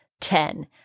Ten